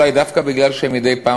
אולי דווקא בגלל שמדי פעם,